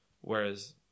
whereas